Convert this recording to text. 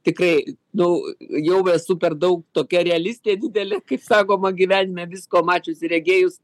tikrai nu jau esu per daug tokia realistė didelė kaip sakoma gyvenime visko mačiusi regėjus